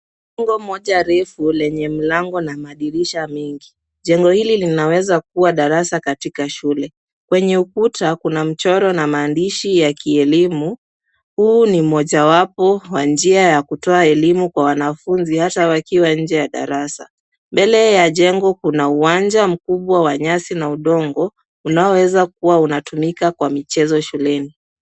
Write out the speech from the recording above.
Jengo moja refu lenye mlango na madirisha mengi. Jengo hili linaweza kuwa darasa katika shule. Kwenye ukuta kuna mchoro na maandishi ya kielimu, huu ni mojawapo wa njia ya kutoa elimu kwa wanafunzi hata wakiwa nje ya darasa. Mbele ya jengo kuna uwanja mkubwa wa nyasi na udongo unaoweza kuwa unatumika kwa michezo shuleni.